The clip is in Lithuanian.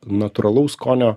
natūralaus skonio